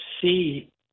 see